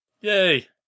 Yay